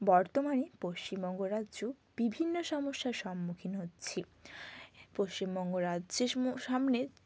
বর্তমানে পশ্চিমবঙ্গ রাজ্য বিভিন্ন সমস্যার সম্মুখীন হচ্ছে পশ্চিমবঙ্গ রাজ্যের মো সামনে